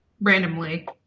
randomly